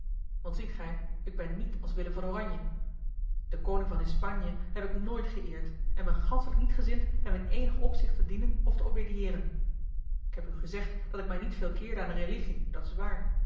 want ziet gij ik ben niet als illem van oranje den koning van hispaniën heb ik nooit geëerd en ben ganschelijk niet gezind hem in eenig opzicht te dienen of te obediëren ik heb u gezegd dat ik mij niet veel keerde aan de religie dat is waar